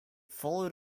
followed